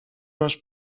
masz